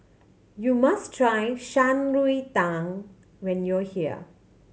you must try Shan Rui Tang when you are here